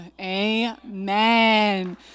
Amen